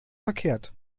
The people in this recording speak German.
verkehrt